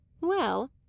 Well